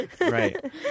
Right